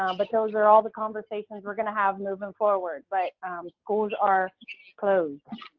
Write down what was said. um but those are all the conversations we're going to have moving forward. but schools are closed.